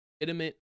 legitimate